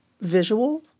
visual